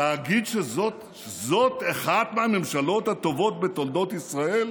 להגיד שזאת אחת הממשלות הטובות בתולדות ישראל?